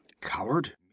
coward